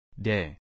Day